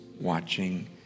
watching